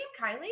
Kylie